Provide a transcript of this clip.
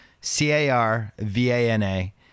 C-A-R-V-A-N-A